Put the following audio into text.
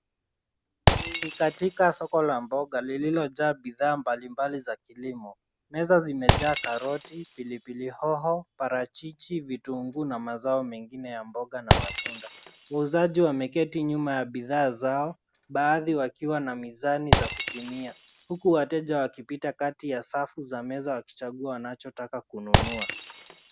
Ni katika soko la mboga lililojaa bidhaa mbalimbali za kilimo. Meza zimejaa karoti, pilipili hoho, parachichi, vitunguu na mazao mengine ya mboga na matunda. Wauzaji wameketi nyuma ya bidhaa zao, baadhi wakiwa na mizani za kupimia, huku wateja wakipita kati ya safu za meza wakichagua wanachotaka kununua.